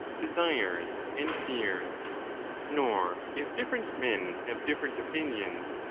desires, and fears nor if different men have different opinions,